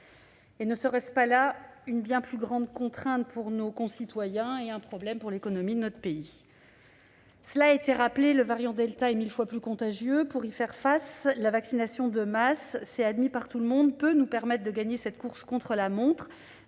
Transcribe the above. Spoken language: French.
Ne serait-ce pas là une bien plus grande contrainte pour nos concitoyens et un problème pour notre économie ? Cela a été rappelé, le variant delta est mille fois plus contagieux. Pour y faire face, la vaccination de masse- cela est désormais admis -peut nous permettre de gagner cette course contre la montre.